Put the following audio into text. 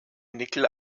nickel